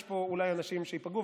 יש פה אולי אנשים שייפגעו,